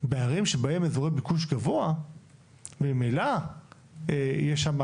בערים שבהם אזורי ביקוש גבוה ממילא יש שם